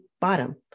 bottom